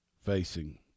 facing